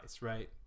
right